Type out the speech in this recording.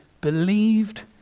believed